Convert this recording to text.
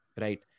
right